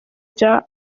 bya